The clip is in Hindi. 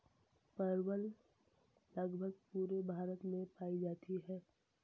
परवल लगभग पूरे भारत में पाई जाती है